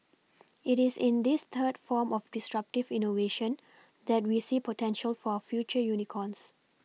it is in this third form of disruptive innovation that we see potential for future unicorns